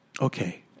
Okay